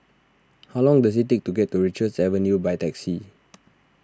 how long does it take to get to Richards Avenue by taxi